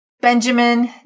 Benjamin